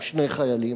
או שני חיילים,